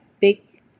big